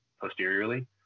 Posteriorly